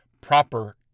proper